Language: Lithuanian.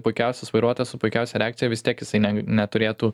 puikiausias vairuotas su puikiausia reakcija vis tiek jisai neturėtų